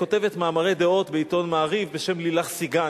כותבת מאמרי דעות בעיתון "מעריב" בשם לילך סיגן.